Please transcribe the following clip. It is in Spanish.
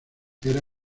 era